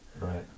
Right